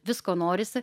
visko norisi